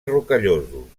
rocallosos